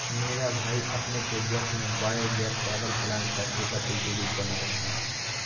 मेरा भाई अपने प्रोजेक्ट में बायो गैस पावर प्लांट का छोटा प्रतिरूप बना रहा है